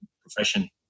profession